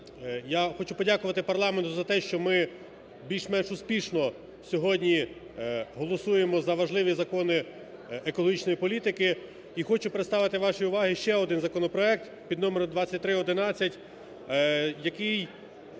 я хочу подякувати парламенту за те, що ми більш-менш успішно сьогодні голосуємо за важливі закони екологічної політики. І хочу представити вашій увазі ще один законопроект, під номером 2311, який